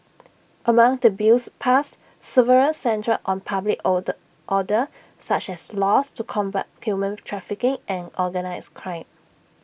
among the bills passed several centred on public order order such as laws to combat human trafficking and organised crime